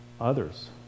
others